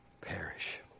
perish